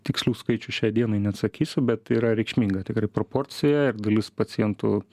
tikslių skaičių šiai dienai neatsakysiu bet yra reikšminga tikrai proporcijoje ir dalis pacientų